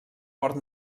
port